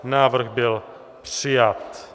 Návrh byl přijat.